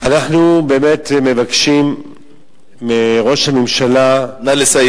אנחנו מבקשים מראש הממשלה, נא לסיים.